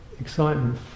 excitement